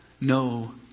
no